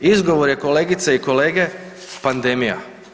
Izgovor je kolegice i kolege, pandemija.